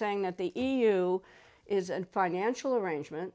saying that the e u is and financial arrangement